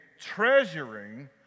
treasuring